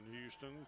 houston